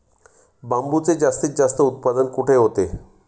बांबूचे जास्तीत जास्त उत्पादन कुठे होते?